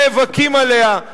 נאבקים עליה שנים ארוכות,